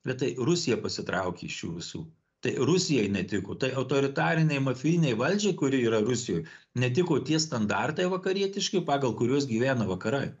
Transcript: bet tai rusija pasitraukė iš jų visų tai rusijai netiko tai autoritarinei mafijinei valdžiai kuri yra rusijoj netiko tie standartai vakarietiški pagal kuriuos gyvena vakarai